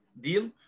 deal